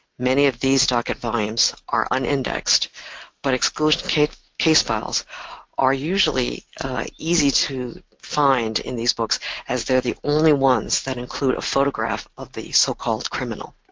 many of these docket volumes are unindexed but exclusion case case files are usually easy to find in these books as they're the only ones that include a photograph of the so-called criminal.